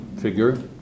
figure